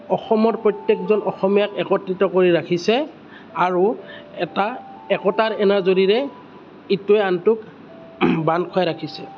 অসমৰ প্ৰত্যেকজন অসমীয়াক একত্ৰিত কৰি ৰাখিছে আৰু এটা একতাৰ এনাজৰীৰে ইটোৱে আনটোক বান্ধ খুৱাই ৰাখিছে